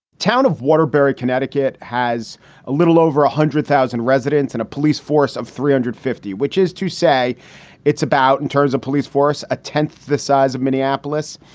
town of waterbury, connecticut, has a little over hundred thousand residents and a police force of three hundred and fifty, which is to say it's about in terms of police force, a tenth the size of minneapolis,